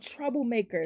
troublemakers